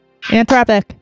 Anthropic